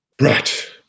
Right